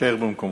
הישאר במקומך,